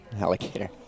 alligator